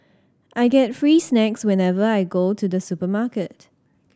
I get free snacks whenever I go to the supermarket